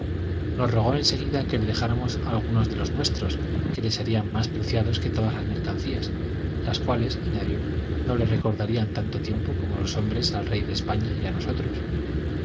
nos rogó en seguida que le dejáramos algunos de los nuestros que le serían más preciados que todas las mercancías las cuales añadió no le recordarían tanto tiempo como los hombres al rey de españa y a nosotros